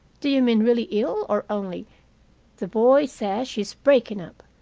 do you mean really ill, or only the boy says she's breaking up.